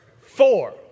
Four